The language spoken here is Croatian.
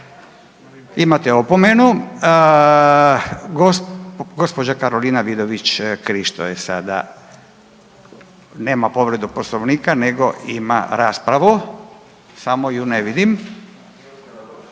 Imate opomenu. Gospođa Karolina Vidović Krišto je sada, nema povredu Poslovnika nego ima raspravu, samo ju ne vidim.